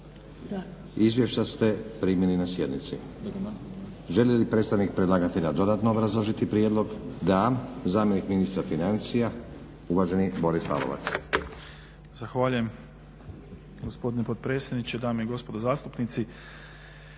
Izvješća ste primili na sjednici. Želi li predstavnik predlagatelja dodatno obrazložiti prijedlog? Da. Zamjenik ministra financija, uvaženi Boris Lalovac. **Lalovac, Boris** Zahvaljujem gospodine potpredsjedniče. Dame i gospodo zastupnici.